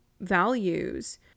values